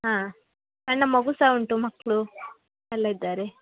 ಹಾಂ ಸಣ್ಣ ಮಗು ಸಹ ಉಂಟು ಮಕ್ಕಳು ಎಲ್ಲ ಇದ್ದಾರೆ